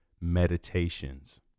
Meditations